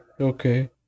Okay